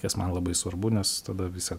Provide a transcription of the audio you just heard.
kas man labai svarbu nes tada visa